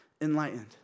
enlightened